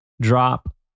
drop